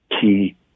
key